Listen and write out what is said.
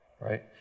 right